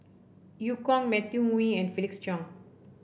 Eu Kong Matthew Ngui and Felix Cheong